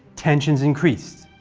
tensions increased.